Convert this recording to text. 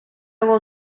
will